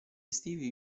estivi